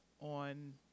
on